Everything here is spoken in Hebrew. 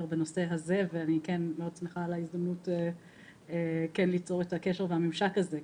בנושא הזה ואני שמחה ליצור את הקשר בממשק הזה,